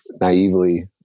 naively